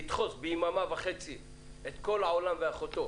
לדחוס ביממה וחצי את כל העולם ואחותו